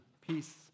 peace